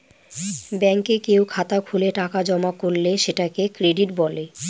ব্যাঙ্কে কেউ খাতা খুলে টাকা জমা করলে সেটাকে ক্রেডিট বলে